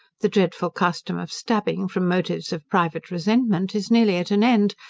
the dreadful custom of stabbing, from motives of private resentment, is nearly at an end,